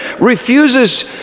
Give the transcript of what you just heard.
refuses